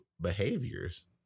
behaviors